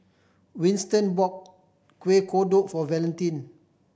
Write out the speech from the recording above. Winston bought Kueh Kodok for Valentin